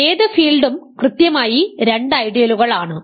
ഏത് ഫീൽഡും കൃത്യമായി രണ്ട് ഐഡിയലുകൾ ആണ്